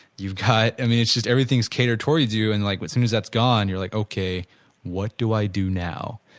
you've got, i mean just everything is catered towards you and like as soon as that's gone you're like, okay what do i do now?